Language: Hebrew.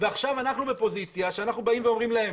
ועכשיו אנחנו בפוזיציה שאנחנו באים ואומרים להם